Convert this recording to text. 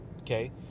okay